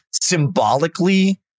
symbolically